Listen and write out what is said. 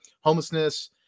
homelessness